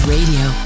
Radio